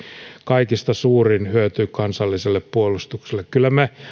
kaikista suurin hyöty kansalliselle puolustukselle kyllä me